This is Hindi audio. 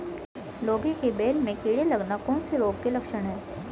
लौकी की बेल में कीड़े लगना कौन से रोग के लक्षण हैं?